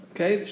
Okay